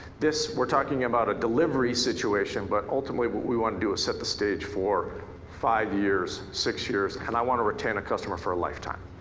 this, we're talking about a delivery situation but ultimately what we want to do is set the stage for five years, six years and i want to obtain a customer for a lifetime.